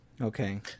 Okay